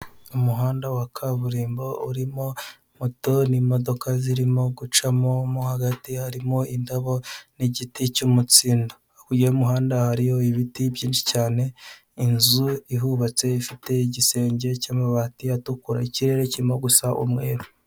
Umuhanda wa kaburimbo urimo moto n'imodoka zirimo gucamo mo hagati harimo indabo n'igiti cy'umutsindo ruguru y'umuhanga ibiti byinshi cyane inzu ihubatse ifite igisenge cy'amabati adukura ikirere kirimo gusaba umweru.